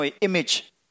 image